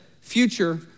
future